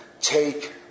take